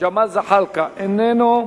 ג'מאל זחאלקה, איננו.